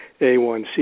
A1c